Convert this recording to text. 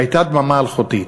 והייתה דממה אלחוטית,